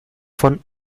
von